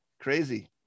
Crazy